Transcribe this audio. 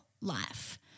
life